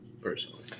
personally